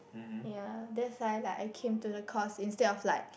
ya that's why like I came to the course instead of like